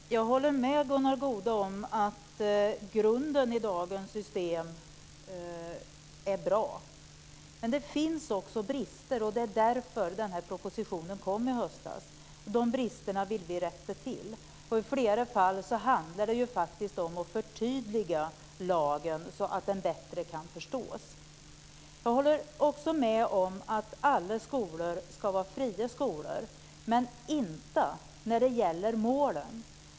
Fru talman! Jag håller med Gunnar Goude om att grunden i dagens system är bra. Men det finns också brister, och det är därför som denna proposition lades fram i höstas. Dessa brister vill vi rätta till. I flera fall handlar det faktiskt om att förtydliga lagen så att den bättre kan förstås. Jag håller också med om att alla skolor ska vara fria skolor, men inte när det gäller målen.